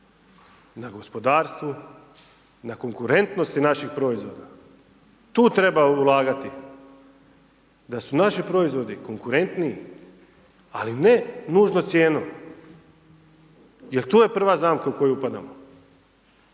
na gospodarstvu, na konkurentnosti naših proizvoda. Tu treba ulagati, da su naši proizvodi konkurentniji, ali ne nužno cijenu jel to je prva zamka u koju upadamo,